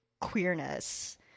queerness